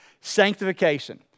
Sanctification